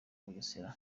bugesera